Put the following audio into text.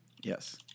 Yes